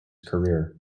career